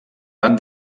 van